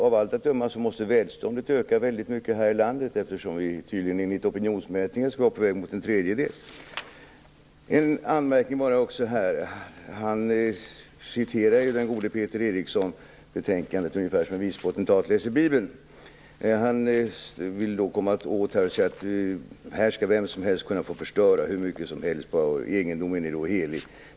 Av allt att döma måste välståndet ha ökat väldigt mycket här i landet eftersom vi enligt opinionsmätningen skulle vara på väg upp mot en tredjedel. Den gode Peter Eriksson läser betänkandet ungefär som en viss potentat läser Bibeln. Han säger att här skall vem som helst kunna få förstöra hur mycket som helst bara egendomen är helig.